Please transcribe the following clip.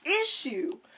Issue